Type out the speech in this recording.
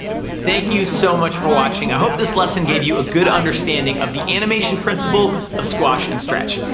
thank you so much for watching, i hope this lesson gave you a good understanding of the animation principle of squash and stretch.